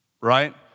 right